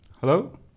Hello